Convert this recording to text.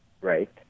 right